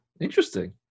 interesting